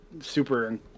super